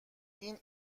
این